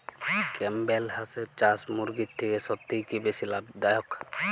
Campbell হাঁসের চাষ মুরগির থেকে সত্যিই কি বেশি লাভ দায়ক?